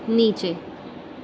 નીચે